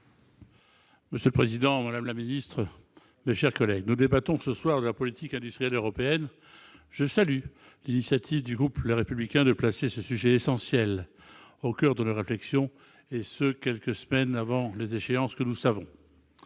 Monsieur le président, madame la secrétaire d'État, mes chers collègues, nous débattons ce soir de la politique industrielle européenne. Je salue l'initiative du groupe Les Républicains qui a placé ce sujet essentiel au coeur de nos réflexions, quelques semaines avant les échéances que nous savons.